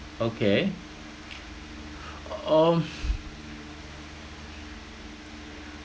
okay um